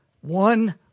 One